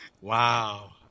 Wow